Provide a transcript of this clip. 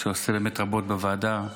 שעושה באמת רבות בוועדה,